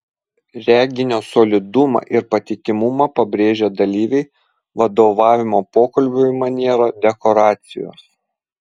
reginio solidumą ir patikimumą pabrėžia dalyviai vadovavimo pokalbiui maniera dekoracijos